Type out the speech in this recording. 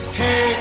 hey